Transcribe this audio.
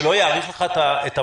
שלא יאריך לך את המעצר?